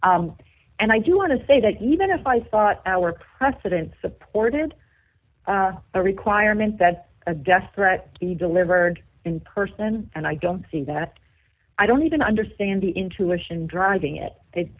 and i do want to say that even if i thought our precedents supported the requirement that a death threat be delivered in person and i don't see that i don't even understand the intuition driving it